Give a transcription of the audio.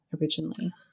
originally